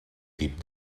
tip